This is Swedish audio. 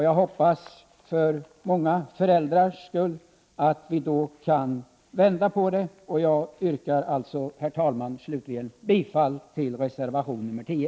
Jag hoppas för många föräldrars skull att vi då kan vända på det hela och yrkar slutligen, herr talman, bifall till reservation nr 10.